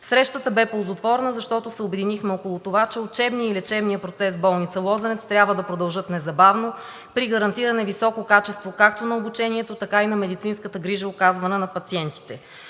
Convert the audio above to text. Срещата бе ползотворна, защото се обединихме около това, че учебният и лечебният процес в Болница „Лозенец“ трябва да продължат незабавно при гарантиране високо качество както на обучението, така и на медицинската грижа, оказвана на пациентите.